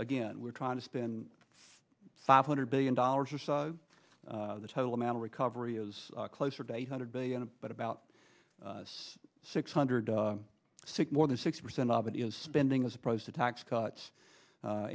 again we're trying to spin five hundred billion dollars or so the total amount of recovery is closer to eight hundred billion but about six hundred sick more than six percent of it is spending as opposed to tax cuts